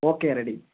okay ready